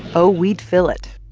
oh, we'd fill it.